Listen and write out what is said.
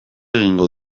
egingo